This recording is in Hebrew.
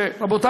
רבותי,